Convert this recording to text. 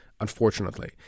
unfortunately